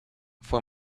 fue